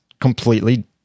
completely